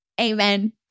Amen